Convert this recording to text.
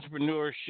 entrepreneurship